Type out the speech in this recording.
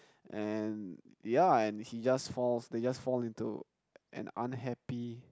and yeah and he just falls they just fall into an unhappy